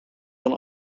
van